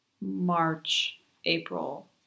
March-April